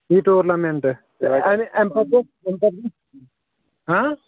یہِ ٹورنامٮ۪نٛٹ اَمہِ اَمہِ پَتہٕ گوٚو اَمہِ پَتہٕ گوٚو ہاں